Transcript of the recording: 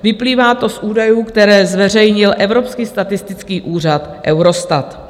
Vyplývá to z údajů, které zveřejnil evropský statistický úřad Eurostat.